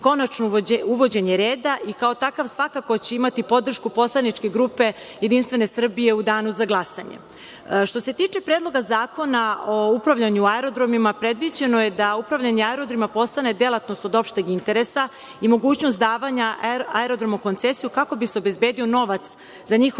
konačno uvođenje reda i kao takav svakako će imati podršku poslaničke grupe JS u danu za glasanje. Što se tiče Predloga zakona o upravljanju aerodromima, predviđeno je da upravljanje aerodromima postane delatnost od opšteg interesa i mogućnost davanja aerodroma u koncesiju kako bi se obezbedio novac za njihov